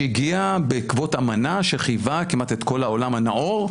שהגיע בעקבות אמנה שחייבה כמעט את כל העולם הנאור,